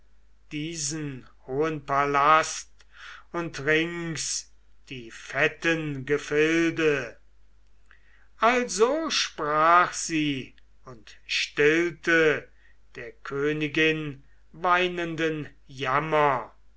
diesen hohen palast und rings die fetten gefilde also sprach sie und stillte der königin weinenden jammer